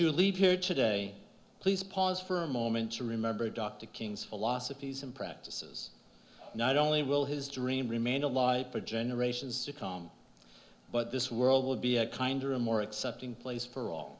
you leave here today please pause for a moment to remember dr king's philosophies and practices not only will his dream remain alive for generations to come but this world will be a kinder more accepting place for all